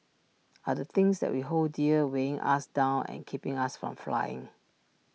are the things that we hold dear weighing us down and keeping us from flying